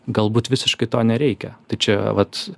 galbūt visiškai to nereikia tai čia vat